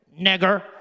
Nigger